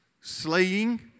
slaying